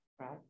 right